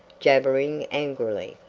jabbering angrily.